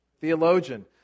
theologian